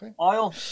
Oil